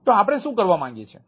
તો આપણે શું કરવા માંગીએ છીએ